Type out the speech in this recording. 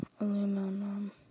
Aluminum